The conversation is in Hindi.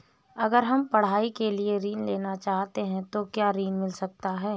अगर हम पढ़ाई के लिए ऋण लेना चाहते हैं तो क्या ऋण मिल सकता है?